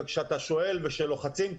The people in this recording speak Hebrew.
וכשאתה שואל וכאשר לוחצים קצת,